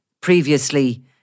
previously